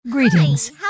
Greetings